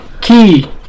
key